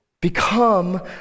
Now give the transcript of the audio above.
become